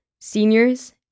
seniors